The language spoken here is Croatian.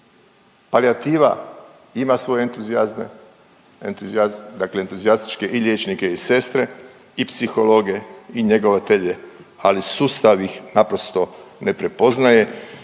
palijativa ima svoj entuzijazam, dakle entuzijastične i liječnike i sestre i psihologe i njegovatelje, ali sustav ih naprosto ne prepoznaje.